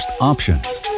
options